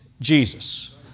Jesus